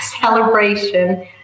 celebration